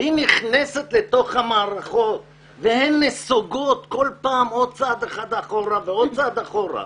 היא נכנסת למערכות והן נסוגות כל פעם עוד צעד אחד אחורה ועוד צעד אחורה,